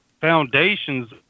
foundations